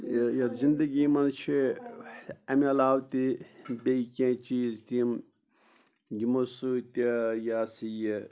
یہِ یَتھ زِندٕگی منٛز چھِ اَمہِ علاوٕ تہِ بیٚیہِ کینٛہہ چیٖز تِم یِمو سۭتۍ یہِ یہ ہسا یہِ